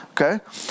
okay